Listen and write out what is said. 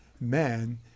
man